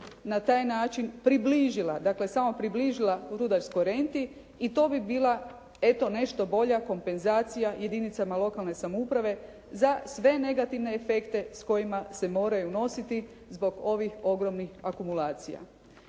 na taj način približila. Dakle, samo približila rudarskoj renti i to bi bila eto nešto bolja kompenzacija jedinicama lokalne samouprave za sve negativne efekte s kojima se moraju nositi zbog ovih ogromnih akumulacija.